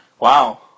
Wow